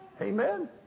Amen